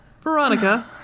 Veronica